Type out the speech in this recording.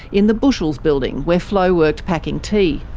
in the bushells building, where flo worked packing tea.